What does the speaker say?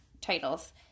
titles